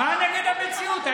מה נגד המציאות?